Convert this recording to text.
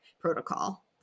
protocol